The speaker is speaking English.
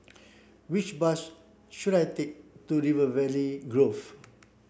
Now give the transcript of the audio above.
which bus should I take to River Valley Grove